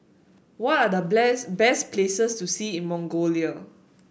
what are The Place best places to see in Mongolia